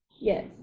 Yes